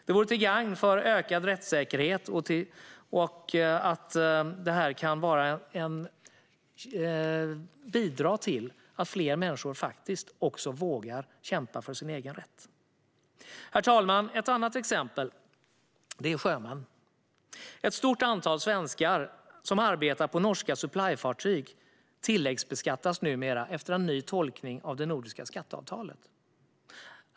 Det vore till gagn för en ökad rättssäkerhet och skulle bidra till att fler människor faktiskt också vågar kämpa för sin rätt. Herr talman! Ett annat exempel är sjömän. Ett stort antal svenskar som arbetar på norska supplyfartyg tilläggsbeskattas numera efter en ny tolkning av det nordiska skatteavtalet.